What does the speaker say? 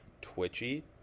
twitchy